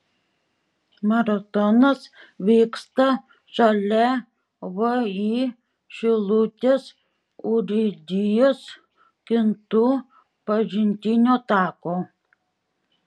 maratonas vyksta šalia vį šilutės urėdijos kintų pažintinio tako